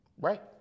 Right